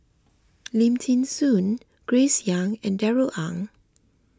Lim thean Soo Grace Young and Darrell Ang